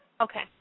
Okay